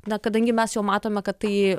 na kadangi mes jau matome kad tai